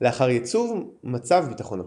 לאחר ייצוב מצב ביטחון הפנים,